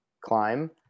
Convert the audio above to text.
climb